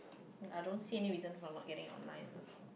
I don't see any reason for not getting online lah